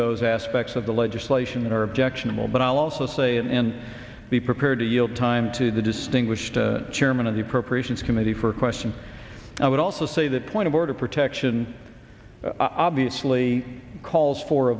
those aspects of the legislation or objectionable but i'll also say and be prepared to yield time to the distinguished chairman of the appropriations committee for question i would also say that point of order protection obviously calls for a